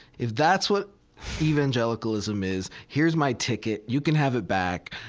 if that's what evangelicalism is, here's my ticket, you can have it back,